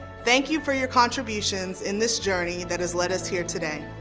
thank you for your contributions in this journey that has led us here today.